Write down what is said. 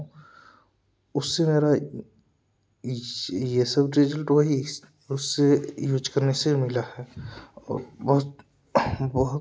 उससे मेरा यह सब रिजल्ट वही उससे यूज़ करने से मिला है और बस बहुत